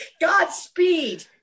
Godspeed